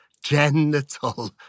Genital